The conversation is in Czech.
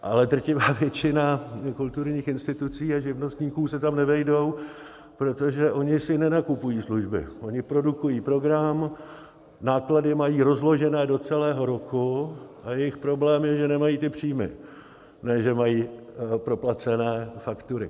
Ale drtivá většina kulturních institucí a živnostníků se tam nevejde, protože oni si nenakupují služby, oni produkují program, náklady mají rozložené do celého roku a jejich problém je, že nemají ty příjmy, ne že mají proplacené faktury.